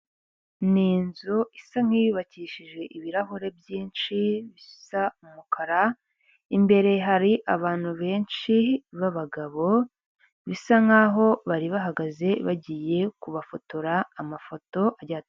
Ni inzu isa nk'iyubakishije ibirahure byinshi bisa umukara imbere hari abantu benshi b'abagabo bisa nk'aho bari bahagaze bagiye kubafotora amafoto agiye ata.